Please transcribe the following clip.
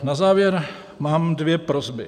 Na závěr mám dvě prosby.